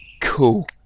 Cool